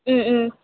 ம் ம்